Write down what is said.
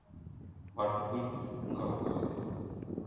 ᱵᱟᱨ ᱴᱩᱠᱩᱡ ᱚᱱᱠᱟ ᱵᱚ ᱫᱚᱦᱚᱭᱟ